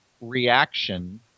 reaction